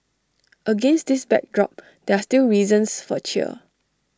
against this backdrop there are still reasons for cheer